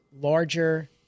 larger